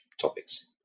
topics